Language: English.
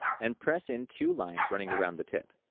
and press in two lines running around the tip.